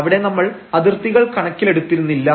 അവിടെ നമ്മൾ അതിർത്തികൾ കണക്കിലെടുത്തിരുന്നില്ല